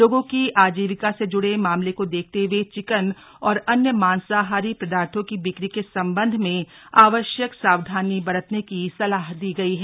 लोगों की आजीविका से जुड़े मामले को देखते हुए चिकन व अन्य मांसाहारी पदार्थो की बिक्री के संबंध में आवश्यक सावधानी बरतने की सलाह दी गई है